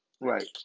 right